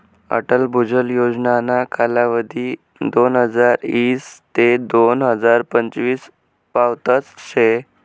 अटल भुजल योजनाना कालावधी दोनहजार ईस ते दोन हजार पंचवीस पावतच शे